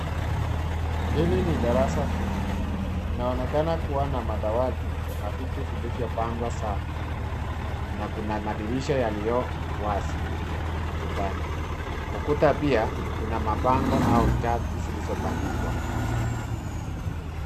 Hili ni darasa tupu. Linaonekana kuwa na madawati na viti vilivyopangwa sawa na kuna madirisha yaliyowazi ukutani . Ukuta pia una mabango au chats zilizo bandikwa.